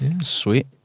Sweet